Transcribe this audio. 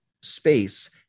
space